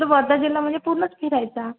तर वर्धा जिल्हा म्हणजे पूर्णच फिरायचा